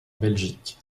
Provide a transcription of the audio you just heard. belgique